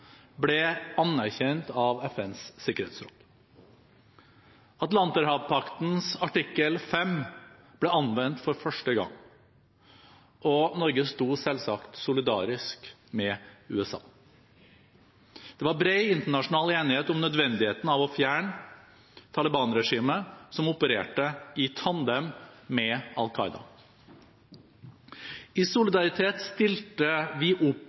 ble anerkjent av FNs sikkerhetsråd. Atlanterhavspaktens artikkel 5 ble anvendt for første gang, og Norge sto selvsagt solidarisk med USA. Det var bred internasjonal enighet om nødvendigheten av å fjerne Taliban-regimet, som opererte i tandem med Al Qaida. I solidaritet stilte vi opp